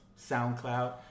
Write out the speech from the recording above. SoundCloud